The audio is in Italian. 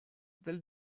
del